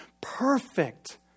perfect